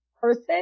person